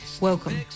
welcome